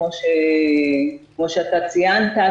כמו שאתה ציינת,